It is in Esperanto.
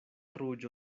ruĝo